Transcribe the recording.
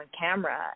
camera